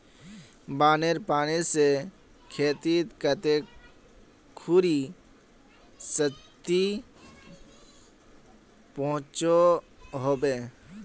बानेर पानी से खेतीत कते खुरी क्षति पहुँचो होबे?